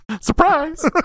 surprise